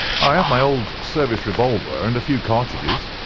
i have my old service revolver and a few cartridges.